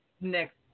next